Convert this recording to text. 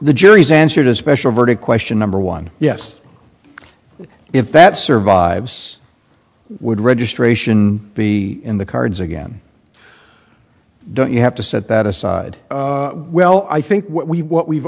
the jury's answer to special verdict question number one yes if that survives would registration be in the cards again don't you have to set that aside well i think what we